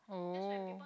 oh